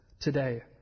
today